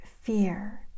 fear